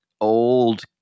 old